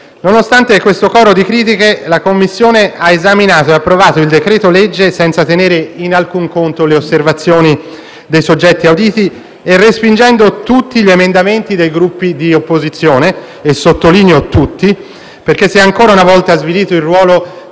Nonostante il coro di critiche, la Commissione ha esaminato e approvato il decreto-legge senza tenere in alcun conto le osservazioni dei soggetti auditi e respingendo tutti gli emendamenti dei Gruppi di opposizione, e sottolineo tutti perché si è ancora una volta svilito il ruolo